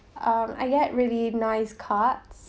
uh I get really nice cards